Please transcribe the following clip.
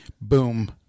Boom